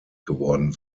geworden